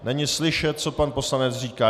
Není slyšet, co pan poslanec říká.